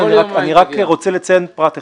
אני רק רוצה לציין פרט אחד.